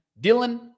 Dylan